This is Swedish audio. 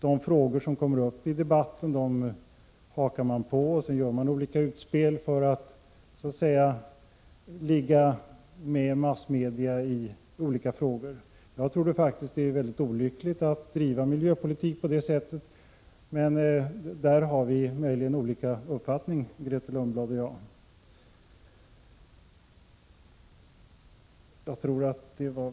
De frågor som kommer upp i debatten hakar man på. Man gör olika utspel för att så att säga ligga väl med massmedia i olika frågor. Jag tror faktiskt det är mycket olyckligt att driva miljöpolitik på detta sätt, men där har möjligen Grethe Lundblad och jag olika uppfattningar.